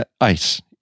Ice